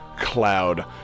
cloud